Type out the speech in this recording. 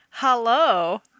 Hello